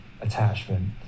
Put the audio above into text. attachment